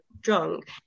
drunk